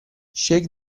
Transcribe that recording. shake